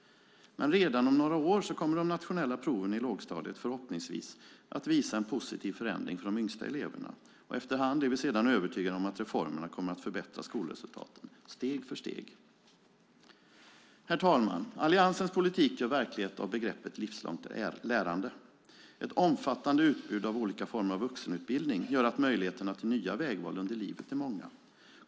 Redan om några år kommer dock de nationella proven i lågstadiet förhoppningsvis att visa en positiv förändring för de yngsta eleverna, och efterhand är vi sedan övertygade om att reformerna kommer att förbättra skolresultaten steg för steg. Herr talman! Alliansens politik gör verklighet av begreppet livslångt lärande. Ett omfattande utbud av olika former av vuxenutbildning gör att möjligheterna till nya vägval under livet är många.